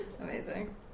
Amazing